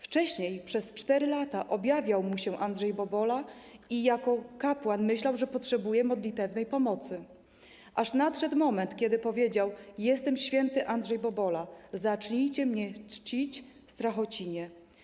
Wcześniej przez 4 lata objawiał mu się Andrzej Bobola i jako kapłan myślał, że potrzebuje modlitewnej pomocy, aż nadszedł moment, kiedy powiedział: jestem św. Andrzej Bobola, zacznijcie mnie czcić w Strachocinie.